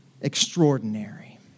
extraordinary